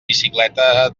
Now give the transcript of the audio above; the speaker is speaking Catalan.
bicicleta